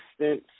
assistance